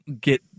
get